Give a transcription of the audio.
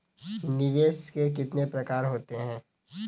निवेश के कितने प्रकार होते हैं?